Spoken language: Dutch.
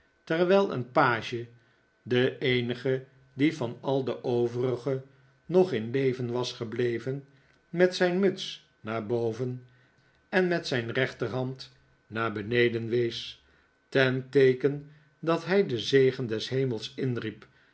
terwijl een page de eenige die van al de overige nog in leven was gebleven met zijn muts naar boven en met zijn rechterhand naar beneden wees ten teeken dat hij den zegen des hemels inriep